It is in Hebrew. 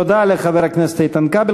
תודה לחבר הכנסת איתן כבל.